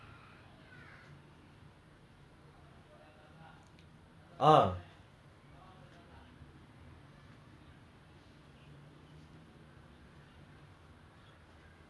no they did I okay so I bought the P_S four only early this year and I started with modern warfare right then after that I was playing then now cold war come right so I need to get cold war lah so I can continue playing with them